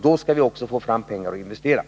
Då går det också att få fram pengar för investeringar.